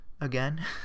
again